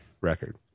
record